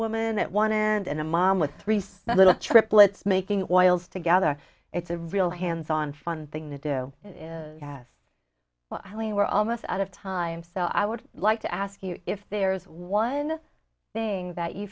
woman at one end and a mom with three little triplets making oils together it's a real hands on fun thing to do is yes well i mean we're almost out of time so i would like to ask you if there's one thing that you